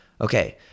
Okay